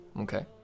Okay